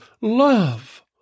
love